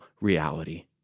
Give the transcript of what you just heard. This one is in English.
reality